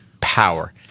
power